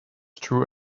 true